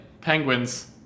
penguins